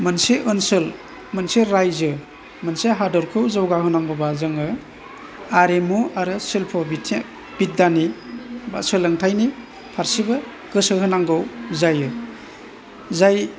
मोनसे ओनसोल मोनसे रायजो मोनसे हादोरखौ जौगा होनांगौबा जोङो आरिमु आरो सिल्फ' बिथिं बिद्दानि बा सोलोंथायनि फारसेबो गोसो होनांगौ जायो जाय